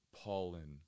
pollen